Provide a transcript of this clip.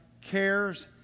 cares